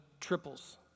triples